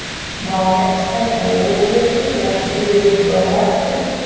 log x come over to the right and moving into the left it.